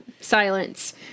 Silence